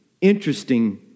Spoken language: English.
interesting